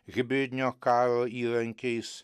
hibridinio karo įrankiais